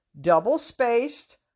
double-spaced